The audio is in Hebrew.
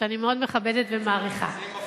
שאני מאוד מכבדת ומעריכה,